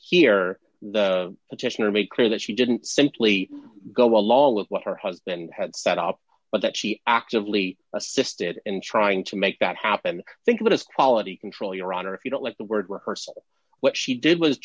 here the petitioner made clear that she didn't simply go along with what her husband had set up but that she actively assisted in trying to make that happen think about his quality control your honor if you don't like the word rehearsal what she did was